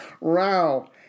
Wow